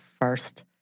first